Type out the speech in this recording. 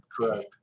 Correct